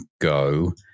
go